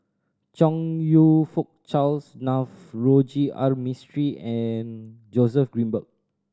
Chong You Fook Charles Navroji R Mistri and Joseph Grimberg